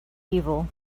evil